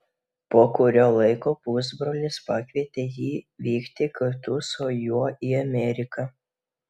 po kurio laiko pusbrolis pakvietė jį vykti kartu su juo į ameriką